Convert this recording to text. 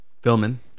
Filming